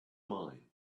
mind